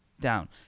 down